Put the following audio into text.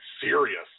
serious